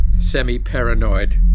semi-paranoid